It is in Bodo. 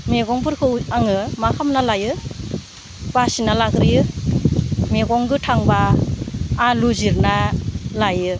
मेगंफोरखौ आङो मा खालामना लायो बासिना लाग्रोयो मैगं गोथांबा आलु जिरना लायो